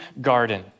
garden